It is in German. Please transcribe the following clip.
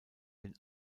den